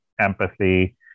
empathy